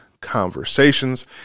conversations